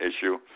issue